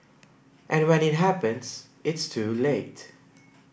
and when it happens it's too late